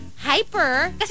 Hyper